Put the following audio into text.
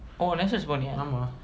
oh national போனியா:poniyaa